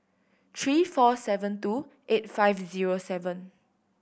three four seven two eight five zero seven